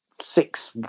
six